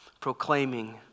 proclaiming